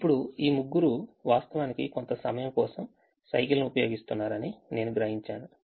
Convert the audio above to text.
ఇప్పుడు ఈ ముగ్గురూ వాస్తవానికి కొంత సమయం కోసం సైకిల్ ను ఉపయోగిస్తున్నారని నేను గ్రహించాను